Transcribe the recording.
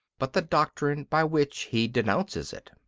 but the doctrine by which he denounces it.